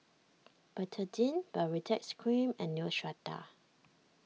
Betadine Baritex Cream and Neostrata